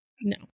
No